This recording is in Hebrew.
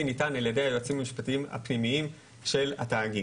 ניתן ע"י היועצים המשפטיים הפנימיים של התאגיד.